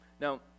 Now